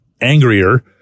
angrier